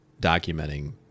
documenting